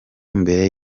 mbere